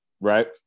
right